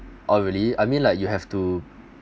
oh really I mean like you have to